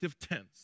tense